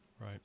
Right